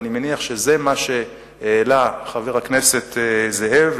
ואני מניח שזה מה שהעלה חבר הכנסת זאב,